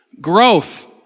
growth